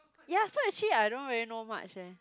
ya so actually I don't really know much eh